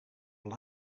were